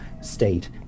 state